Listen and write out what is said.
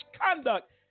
conduct